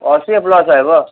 ଅଶୀରେ plus ଆସିବ